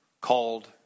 called